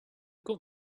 got